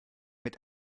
mit